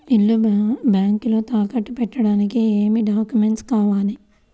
ఇల్లు బ్యాంకులో తాకట్టు పెట్టడానికి ఏమి డాక్యూమెంట్స్ కావాలి?